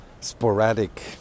sporadic